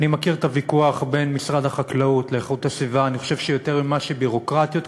אני מכיר את הוויכוח בין משרד החקלאות לבין המשרד להגנת הסביבה.